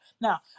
now